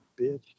bitch